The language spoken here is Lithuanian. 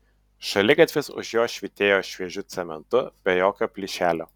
šaligatvis už jo švytėjo šviežiu cementu be jokio plyšelio